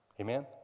Amen